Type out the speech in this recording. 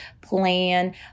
plan